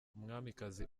umwamikazi